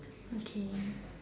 okay